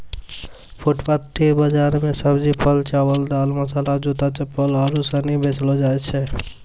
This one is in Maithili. फुटपाटी बाजार मे सब्जी, फल, चावल, दाल, मसाला, जूता, चप्पल आरु सनी बेचलो जाय छै